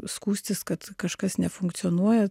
skųstis kad kažkas nefunkcionuoja